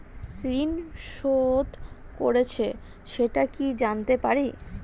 ঋণ শোধ করেছে সেটা কি জানতে পারি?